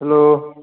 hello